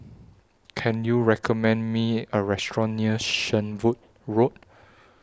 Can YOU recommend Me A Restaurant near Shenvood Road